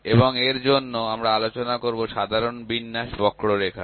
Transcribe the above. এবং এর জন্য আমরা আলোচনা করব সাধারণ বিন্যাস বক্ররেখা